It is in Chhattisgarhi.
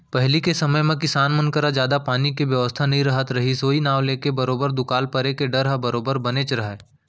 पहिली के समे म किसान मन करा जादा पानी के बेवस्था नइ रहत रहिस ओई नांव लेके बरोबर दुकाल परे के डर ह बरोबर बनेच रहय